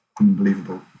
unbelievable